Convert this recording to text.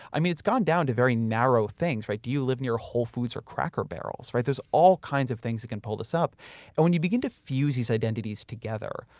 i mean it's gone down to very narrow things, right? do you live near whole foods or cracker barrels, right? there's all kinds of things that can pull this up and when you begin to fuse these identities together,